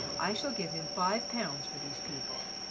i shall give him five pounds for these people.